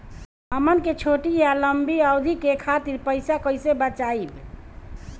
हमन के छोटी या लंबी अवधि के खातिर पैसा कैसे बचाइब?